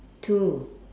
two